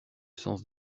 sens